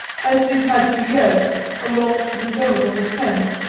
as he has had for years a launch of his own on the thames,